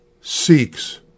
seeks